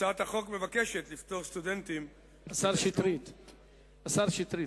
הצעת החוק מבקשת לפטור סטודנטים חבר הכנסת שטרית,